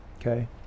Okay